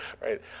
Right